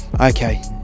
Okay